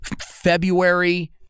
February